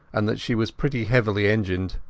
and that she was pretty heavily engined.